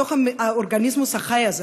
בתוך האורגניזמוס החי הזה,